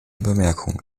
bemerkung